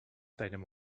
deinem